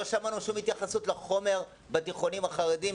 לא שמענו שום התייחסות לחומר בתיכונים החרדים,